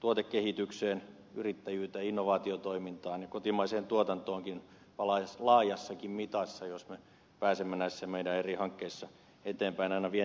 tuotekehitykseen yrittäjyyteen innovaatiotoimintaan ja kotimaiseen tuotantoonkin laajassakin mitassa jos me pääsemme näissä eri hankkeissamme eteenpäin aina vientiin asti